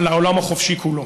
אל העולם החופשי כולו.